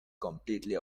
completely